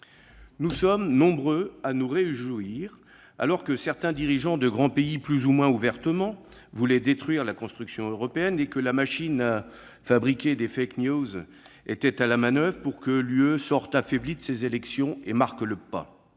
Nous sommes nombreux à nous réjouir des ambitions européennes, alors que certains dirigeants de grands pays, plus ou moins ouvertement, voulaient détruire la construction européenne et que la machine à fabriquer des était à la manoeuvre pour que l'Union sorte affaiblie de ces élections et marque le pas.